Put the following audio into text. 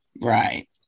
right